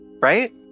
Right